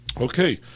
okay